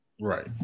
Right